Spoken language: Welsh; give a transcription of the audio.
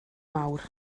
mawr